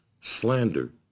slander